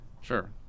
Sure